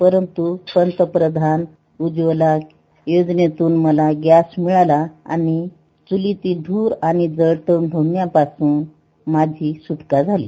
परंतू पंतप्रधान उज्ज्वला योजनेतून मला गॅस मिळाला आणि चुलीच्या ध्रुर आणि सरपण यापासून माझी सुटका झाली